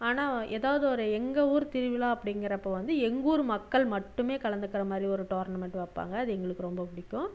ஆனால் எதாவது ஒரு எங்கள் ஊர் திருவிழா அப்படிங்குறப்ப வந்து எங்கூர் மக்கள் மட்டுமே கலந்துக்குறமாதிரி ஒரு டோர்னமெண்ட் வைப்பாங்க அது எங்களுக்கு ரொம்ப பிடிக்கும்